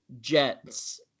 Jets